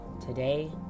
Today